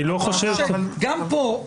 אני לא חושב --- גם פה,